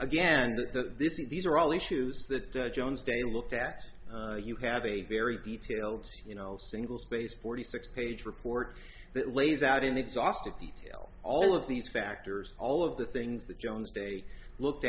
that this is these are all issues that jones day looked at you have a very detailed you know single spaced forty six page report that lays out in exhaustive detail all of these factors all of the things that jones they looked